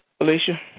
Alicia